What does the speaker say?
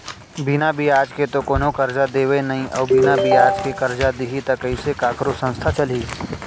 बिना बियाज के तो कोनो करजा देवय नइ अउ बिना बियाज के करजा दिही त कइसे कखरो संस्था चलही